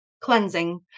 Cleansing